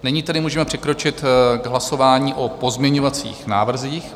Nyní tedy můžeme přikročit k hlasování o pozměňovacích návrzích.